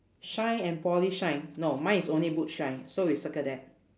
shine and polish shine no mine is only boot shine so we circle that